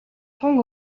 тун